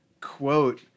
quote